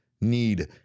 need